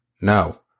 No